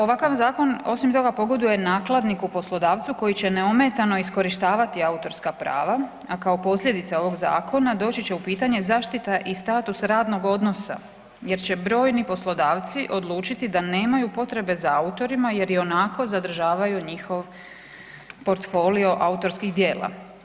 Ovakav zakon osim toga pogoduje nakladniku poslodavcu koji će neometano iskorištavati autorska prava, a kao posljedica ovog zakona doći će u pitanje zaštita i status radnog odnosa jer će brojni poslodavci odlučiti da nemaju potrebe za autorima jer i onako zadržavaju njihov portfolio autorskih djela.